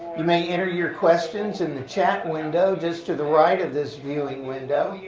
you may enter your questions in the chat window just to the right of this viewing window.